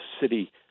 city